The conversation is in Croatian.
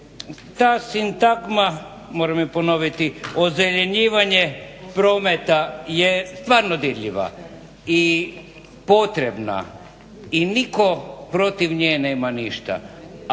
ta sintagma moram je ponoviti ozelenjivanje prometa je stvarno dirljiva i potrebna i nitko protiv nje nema ništa,